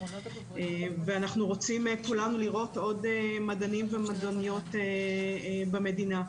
ואנחנו רוצים כולנו לראות עוד מדענים ומדעניות במדינה.